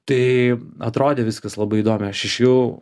tai atrodė viskas labai įdomiai aš išėjau